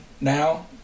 now